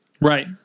Right